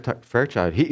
Fairchild